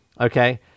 Okay